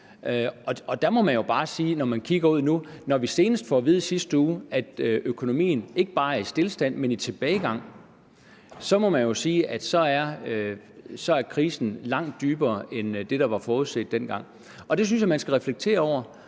når vi senest i sidste uge fik at vide, at økonomien ikke bare er i stilstand, men er i tilbagegang, så ser man, at krisen er langt dybere end det, der blev forudset dengang. Jeg synes, man skal reflektere over